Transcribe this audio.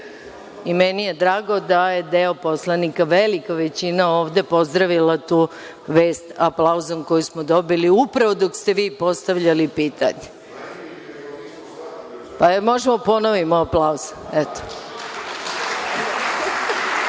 Meni je drago da je deo poslanika, velika većina ovde, pozdravila tu vest aplauzom, koju smo dobili upravo dok ste vi postavljali pitanje. Možemo da ponovimo aplauz. Eto,